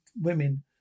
women